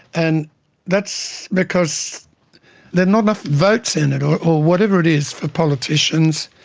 and that's because there's not enough votes in it or or whatever it is for politicians,